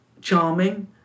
charming